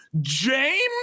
James